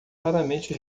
raramente